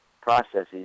processes